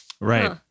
Right